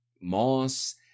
moss